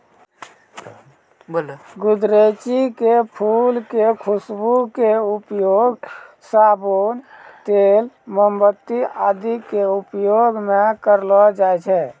गुदरैंची के फूल के खुशबू के उपयोग साबुन, तेल, मोमबत्ती आदि के उपयोग मं करलो जाय छै